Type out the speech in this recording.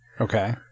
Okay